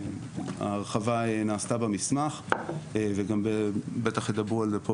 ההרחבה נעשתה במסמך וגם בטח שידברו על זה פה,